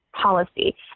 policy